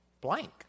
blank